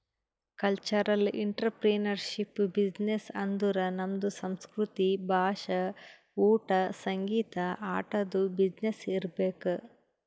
cultural entrepreneurship business ಅಂದುರ್ ನಮ್ದು ಸಂಸ್ಕೃತಿ, ಭಾಷಾ, ಊಟಾ, ಸಂಗೀತ, ಆಟದು ಬಿಸಿನ್ನೆಸ್ ಇರ್ಬೇಕ್